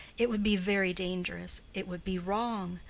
it would be very dangerous it would be wrong.